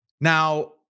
Now